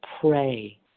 pray